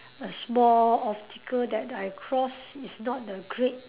a small obstacle that I cross is not the great